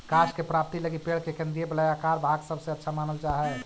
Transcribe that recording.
काष्ठ के प्राप्ति लगी पेड़ के केन्द्रीय वलयाकार भाग सबसे अच्छा मानल जा हई